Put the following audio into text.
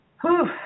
Whew